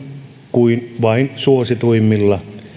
kuin vain aivan suosituimmilla